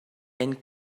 and